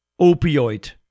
opioid